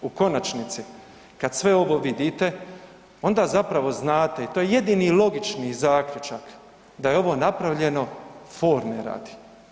U konačnici kad sve ovo vidite onda zapravo znate i to je jedini logični zaključak da je ovo napravljeno forme radi.